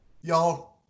y'all